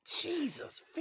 Jesus